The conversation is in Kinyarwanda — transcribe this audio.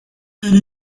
iri